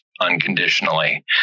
unconditionally